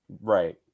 Right